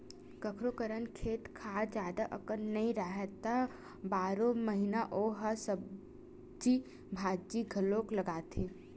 कखोरो करन खेत खार जादा अकन नइ राहय त बारो महिना ओ ह सब्जी भाजी घलोक लगाथे